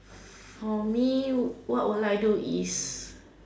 for me what would I do is